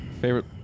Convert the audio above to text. favorite